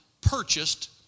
purchased